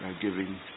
giving